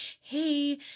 hey